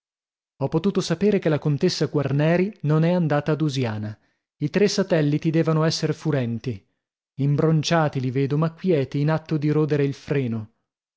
ho potuto sapere che la contessa quarneri non è andata a dusiana i tre satelliti devono esser furenti imbronciati li vedo ma quieti in atto di rodere il freno